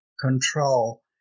control